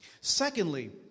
Secondly